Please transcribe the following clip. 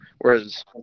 whereas